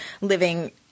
living